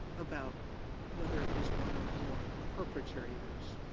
about whether it was one or more perpetrators.